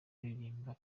kuririmba